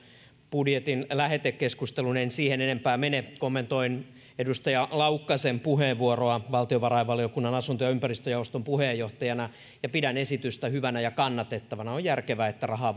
budjetin lähetekeskustelun en siihen enempää mene kommentoin edustaja laukkasen puheenvuoroa valtiovarainvaliokunnan asunto ja ympäristöjaoston puheenjohtajana ja pidän esitystä hyvänä ja kannatettavana on järkevää että rahaa